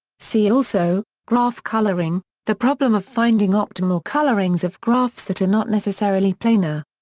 see also graph coloring the problem of finding optimal colorings of graphs that are not necessarily planar.